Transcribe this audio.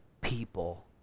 people